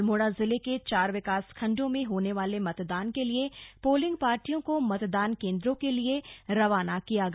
अल्मोड़ा जिले के चार विकासखण्डों में होने वाले मतदान के लिए पोलिंग पार्टियों को मतदान केंद्रों के लिए रवाना किया गया